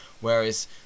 whereas